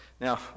Now